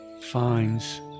finds